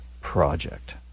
project